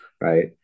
Right